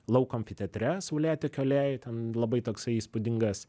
lauko amfiteatre saulėtekio alėjoj ten labai toksai įspūdingas